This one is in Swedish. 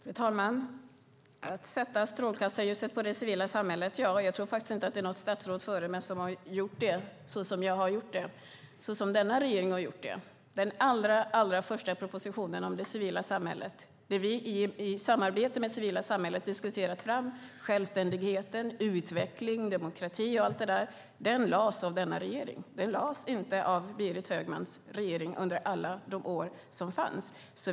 Fru talman! Att sätta strålkastarljuset på det civila samhället - jag tror inte att det är något statsråd före mig som har gjort det såsom jag har gjort, såsom denna regering har gjort. Den allra första propositionen om det civila samhället, då vi i samarbete med det civila samhället diskuterade fram självständighet, utveckling, demokrati och allt det där, lades fram av denna regering. Den lades inte fram av Berit Högmans regering under alla år.